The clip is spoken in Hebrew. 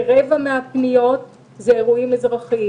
כרבע מן הפניות זה אירועים אזרחיים